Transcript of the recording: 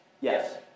Yes